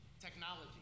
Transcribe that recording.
technology